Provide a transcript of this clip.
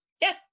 Yes